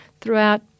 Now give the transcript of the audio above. throughout